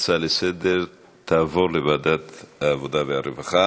ההצעה לסדר-היום תעבור לוועדת העבודה והרווחה.